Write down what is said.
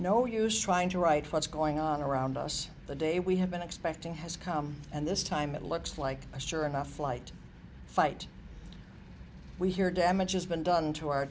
no use trying to right what's going on around us the day we have been expecting has come and this time it looks like a sure enough light fight we hear damage has been done to our